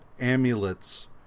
amulets